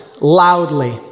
loudly